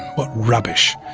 what rubbish,